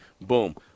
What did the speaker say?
boom